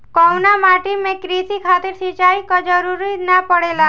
कउना माटी में क़ृषि खातिर सिंचाई क जरूरत ना पड़ेला?